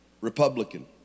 Republican